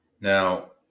now